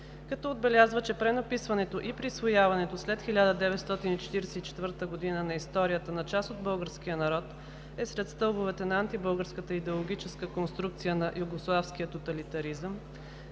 Като отбелязва, че пренаписването и присвояването след 1944 г. на историята на част от българския народ е сред стълбовете на антибългарската идеологическа конструкция на югославския тоталитаризъм;